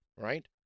right